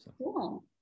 Cool